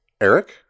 Eric